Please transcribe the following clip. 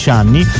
anni